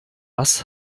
was